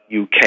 uk